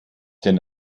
denn